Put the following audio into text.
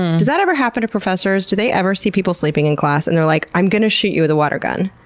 does that ever happen to professors? do they ever see people sleeping in class and they're like, i'm going to shoot you with a water gun!